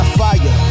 fire